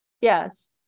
Yes